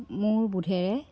মোৰ বুধেৰে